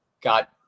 got